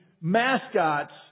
mascots